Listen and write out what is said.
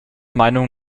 meinung